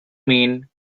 mean